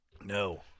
No